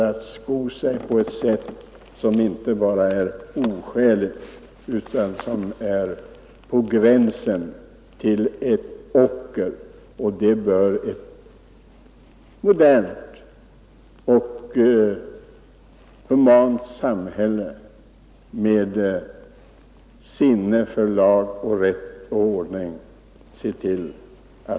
Att sko sig på ett sätt som inte bara är oskäligt utan gränsar till ocker bör inte vara tillåtet i ett modernt och humant samhälle med sinne för lag och rätt.